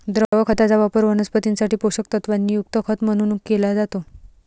द्रव खताचा वापर वनस्पतीं साठी पोषक तत्वांनी युक्त खत म्हणून केला जातो